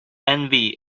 envy